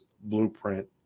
blueprint